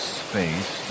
space